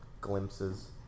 glimpses